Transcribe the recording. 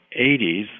80s